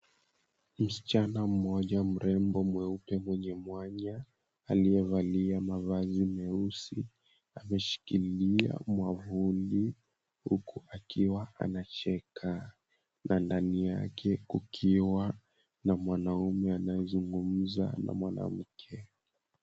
Msichana mmoja mrembo, mweupe, mwenye mwanya, aliyevalia mavazi meusi, ameshikilia mwavuli, huku akiwa anacheka na ndani yake kukiwa na mwanaume anayezungumza na mwanamke.